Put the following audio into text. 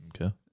Okay